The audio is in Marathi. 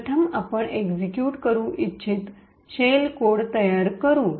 प्रथम आपण एक्सिक्यूट करू इच्छित शेल कोड तयार करू